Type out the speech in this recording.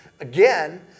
again